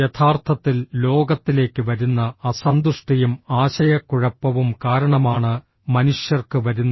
യഥാർത്ഥത്തിൽ ലോകത്തിലേക്ക് വരുന്ന അസന്തുഷ്ടിയും ആശയക്കുഴപ്പവും കാരണമാണ് മനുഷ്യർക്ക് വരുന്നത്